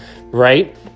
right